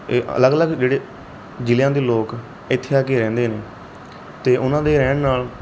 ਅਲੱਗ ਅਲੱਗ ਜਿਹੜੇ ਜ਼ਿਲ੍ਹਿਆਂ ਦੇ ਲੋਕ ਇੱਥੇ ਆ ਕੇ ਰਹਿੰਦੇ ਨੇ ਅਤੇ ਉਹਨਾਂ ਦੇ ਰਹਿਣ ਨਾਲ